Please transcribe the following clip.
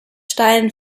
steilen